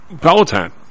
Peloton